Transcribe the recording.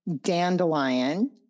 dandelion